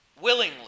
willingly